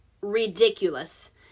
ridiculous